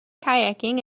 kayaking